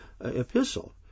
epistle